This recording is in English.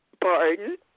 Pardon